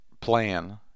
plan